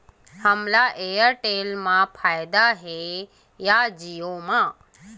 हमला एयरटेल मा फ़ायदा हे या जिओ मा?